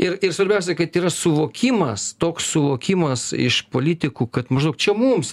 ir ir svarbiausia kad yra suvokimas toks suvokimas iš politikų kad maždaug čia mums